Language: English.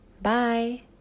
Bye